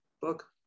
book